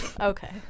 Okay